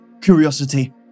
curiosity